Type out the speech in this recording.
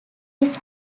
his